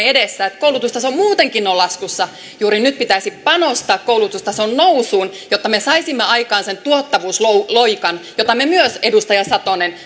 edessä että koulutustaso muutenkin on laskussa juuri nyt pitäisi panostaa koulutustason nousuun jotta me saisimme aikaan sen tuottavuusloikan jota myös me edustaja satonen